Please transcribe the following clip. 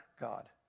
God